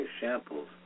samples